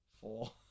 Four